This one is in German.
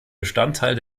bestandteil